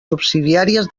subsidiàries